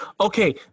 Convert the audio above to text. okay